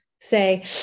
say